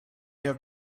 have